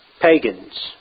pagans